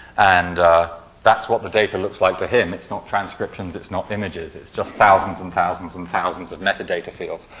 and that's what the data looks like to him. it's not transcriptions, it's not images. it's just thousands and thousands and thousands of metadata fields.